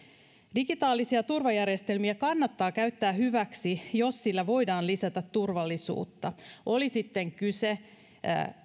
digitaalisia turvajärjestelmiä kannattaa käyttää hyväksi jos sillä voidaan lisätä turvallisuutta oli sitten kyse